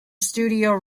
studio